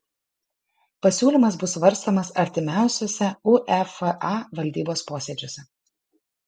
pasiūlymas bus svarstomas artimiausiuose uefa valdybos posėdžiuose